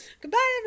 Goodbye